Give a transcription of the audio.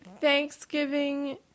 Thanksgiving